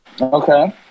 Okay